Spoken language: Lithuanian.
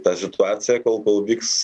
ta situacija kol kol vyks